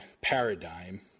paradigm